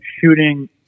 shooting